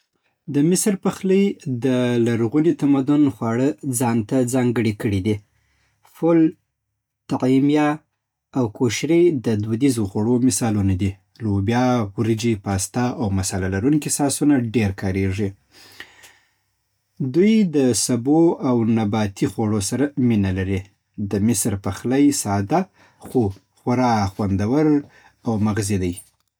د مصر پخلی د لرغوني تمدن خواړه ځان ته ځانګړي کړي دي. فول، تعمیا او کوشري د دودیزو خوړو مثالونه دي. لوبیا، وريجې، پاستا او مصالحه‌لرونکي ساسونه ډېر کارېږي. دوی د سبو او نباتي خوړو سره مینه لري. د مصر پخلی ساده خو خورا خوندور او مغذي دی